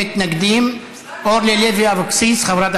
ההצעה להעביר את הצעת חוק משק החשמל (תיקון,